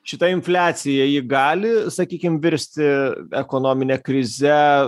šita infliacija ji gali sakykim virsti ekonomine krize